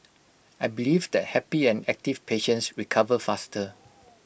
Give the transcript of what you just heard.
I believe that happy and active patients recover faster